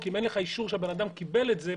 כי אם אין לך אישור שהאדם קיבל את זה,